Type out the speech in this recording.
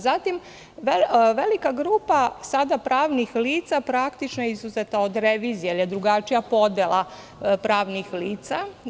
Zatim, velika grupa sada pravnih lica praktično je izuzeta od revizije, jer je drugačija podela pravnih lica.